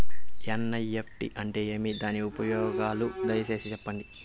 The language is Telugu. ఎన్.ఇ.ఎఫ్.టి అంటే ఏమి? దాని ఉపయోగాలు దయసేసి సెప్పండి?